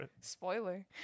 Spoiler